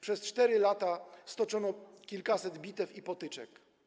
Przez 4 lata stoczono kilkaset bitew i potyczek.